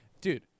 Dude